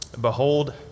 Behold